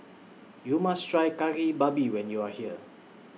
YOU must Try Kari Babi when YOU Are here